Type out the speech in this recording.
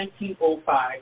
1905